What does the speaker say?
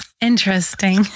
Interesting